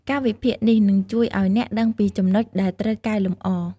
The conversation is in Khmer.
ការវិភាគនេះនឹងជួយឲ្យអ្នកដឹងពីចំណុចដែលត្រូវកែលម្អ។